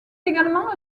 également